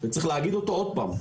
וצריך להגיד אותו עוד פעם.